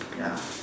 ya